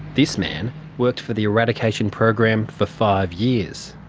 this man worked for the eradication program for five years.